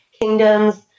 kingdoms